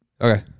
Okay